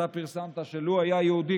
אתה פרסמת שלו היה יהודי,